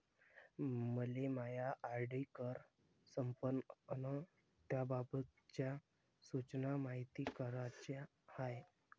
मले मायी आर.डी कवा संपन अन त्याबाबतच्या सूचना मायती कराच्या हाय